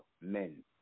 men